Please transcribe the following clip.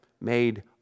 made